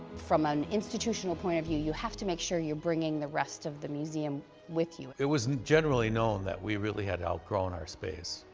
from an institutional point of view, you have to make sure you're bringing the rest of the museum with you. it was generally known that we really had outgrown our space.